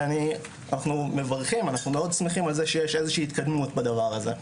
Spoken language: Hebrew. אנחנו מברכים ומאוד שמחים על זה שיש התקדמות בדבר הזה,